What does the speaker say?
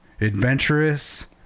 Adventurous